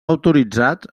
autoritzats